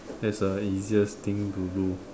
that's a easiest thing to do